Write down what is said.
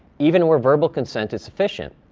even where verbal consent is sufficient,